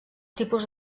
tipus